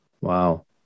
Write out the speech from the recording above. Wow